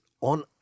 on